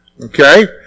Okay